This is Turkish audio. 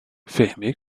fehmiu